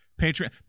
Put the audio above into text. patreon